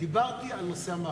דיברתי על נושא המאחזים.